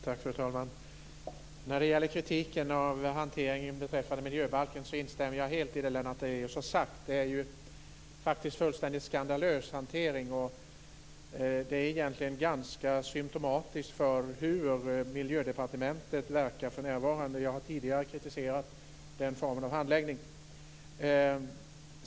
Fru talman! När det gäller kritiken mot hanteringen av miljöbalken instämmer jag helt i det Lennart Daléus har sagt. Det är faktiskt en fullständigt skandalös hantering. Det är egentligen ganska symtomatiskt för hur Miljödepartementet verkar för närvarande. Jag har tidigare kritiserat den formen av handläggning.